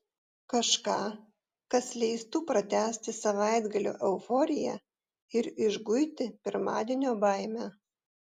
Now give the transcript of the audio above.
kažką kas leistų pratęsti savaitgalio euforiją ir išguiti pirmadienio baimę